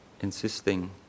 insisting